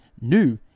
new